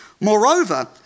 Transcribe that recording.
Moreover